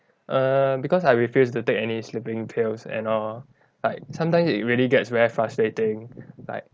err because I refused to take any sleeping pills and all like sometimes it really gets very frustrating like